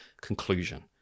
conclusion